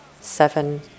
seven